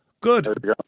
Good